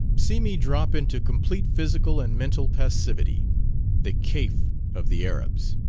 see me drop into complete physical and mental passivity the kef of the arabs.